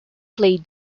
play